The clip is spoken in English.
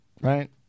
right